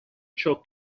ciò